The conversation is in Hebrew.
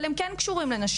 אבל הם כן קשורים לנשים,